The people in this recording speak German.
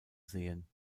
sehen